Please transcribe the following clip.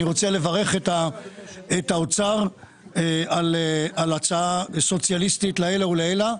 אני רוצה לברך את האוצר על הצעה סוציאליסטית לעילא ולעילא.